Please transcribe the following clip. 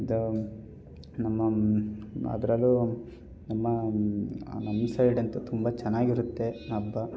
ಇದೂ ನಮ್ಮ ಅದರಲ್ಲೂ ನಮ್ಮ ನಮ್ಮ ಸೈಡ್ ಅಂತೂ ತುಂಬ ಚೆನ್ನಾಗಿರುತ್ತೆ ಹಬ್ಬ